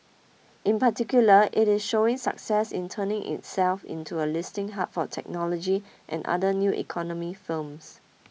in particular it is showing success in turning itself into a listing hub for technology and other new economy firms